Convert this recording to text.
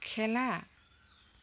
খেলা